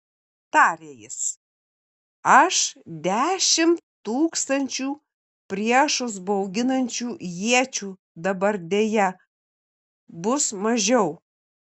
tarė jis aš dešimt tūkstančių priešus bauginančių iečių dabar deja bus mažiau